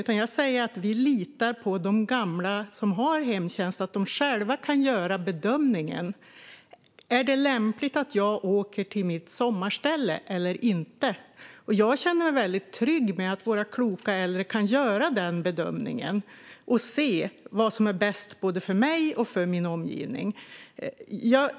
Vi litar på att de gamla som har hemtjänst själva kan göra bedömningen. Är det lämpligt att jag åker till mitt sommarställe eller inte? Jag känner mig väldigt trygg med att våra kloka äldre kan göra den bedömningen och se vad som är bäst både för dem och för deras omgivning.